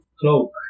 Cloak